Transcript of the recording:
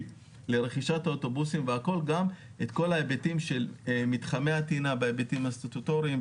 לרכישת האוטובוסים גם את כל ההיבטים של מתחמי הטעינה בהיבטים הסטטוטוריים,